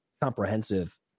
comprehensive